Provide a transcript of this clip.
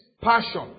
Passion